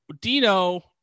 Dino